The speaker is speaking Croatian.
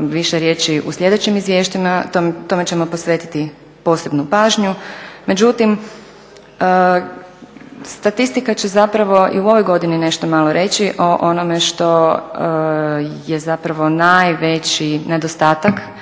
više riječi u sljedećim izvješćima, tome ćemo posvetiti posebnu pažnju. Međutim, statistika će zapravo i u ovoj godini nešto malo reći o onome što je zapravo najveći nedostatak